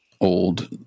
old